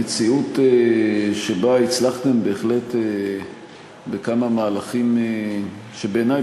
המציאות שבה הצלחתם בהחלט בכמה מהלכים שבעיני,